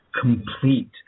complete